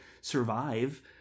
survive